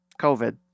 COVID